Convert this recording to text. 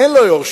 אין לו יורשים,